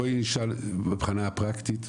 בואי נשאל מהבחינה הפרקטית,